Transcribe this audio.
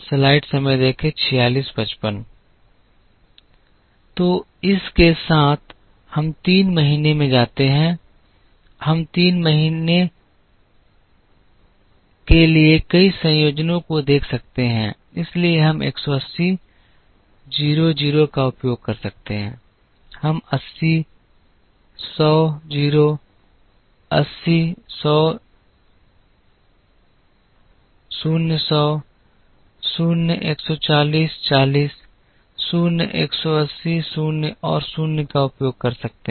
तो इस के साथ हम तीन महीने में जाते हैं जहाँ हम महीने तीन के लिए कई संयोजनों को देख सकते हैं इसलिए हम 180 0 0 का उपयोग कर सकते हैं हम 80 100 0 80 0 100 0 140 40 0 180 0 और 0 का उपयोग कर सकते हैं